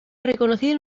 reconocido